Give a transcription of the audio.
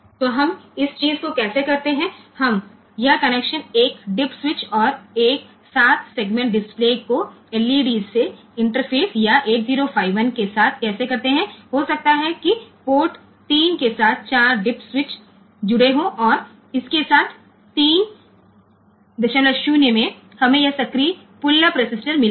तो हम इस चीज़ को कैसे करते हैं हम यह कनेक्शन 1 डिप स्विच और 1 7 सेगमेंट डिस्प्ले को एलईडी से इंटरफ़ेस या 8051 के साथ कैसे करते हैं हो सकता है कि पोर्ट 3 के साथ 4 डिप स्विच जुड़े हों और इसके साथ 30में हमें यह सक्रिय पुलअप रेसिस्टर मिला है